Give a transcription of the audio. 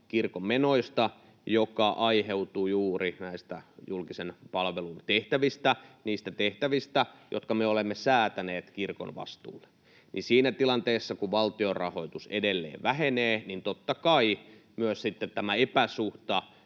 kirkon menoista, joka aiheutuu juuri näistä julkisen palvelun tehtävistä, niistä tehtävistä, jotka me olemme säätäneet kirkon vastuulle, niin siinä tilanteessa, kun valtionrahoitus edelleen vähenee, totta kai myös sitten tämä epäsuhta